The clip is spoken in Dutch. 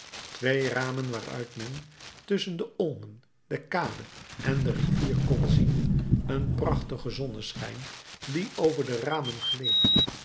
twee ramen waaruit men tusschen de olmen de kade en de rivier kon zien een prachtige zonneschijn die over de ramen gleed